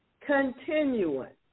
continuance